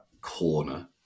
corner